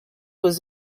was